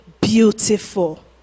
beautiful